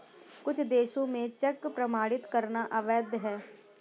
कुछ देशों में चेक प्रमाणित करना अवैध है